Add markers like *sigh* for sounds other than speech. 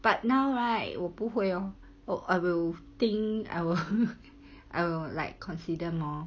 but now right 我不会 lor or I will think I will *laughs* I will like consider more